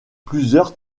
plusieurs